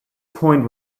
point